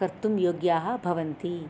कर्तुं योग्याः भवन्ति